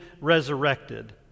resurrected